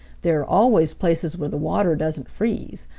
there are always places where the water doesn't freeze.